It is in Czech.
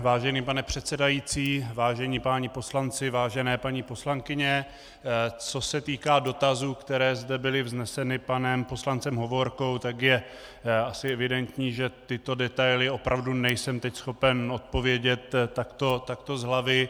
Vážený pane předsedající, vážení páni poslanci, vážené paní poslankyně, co se týká dotazů, které zde byly vzneseny panem poslancem Hovorkou, tak je asi evidentní, že tyto detaily opravdu nejsem teď schopen odpovědět takto z hlavy.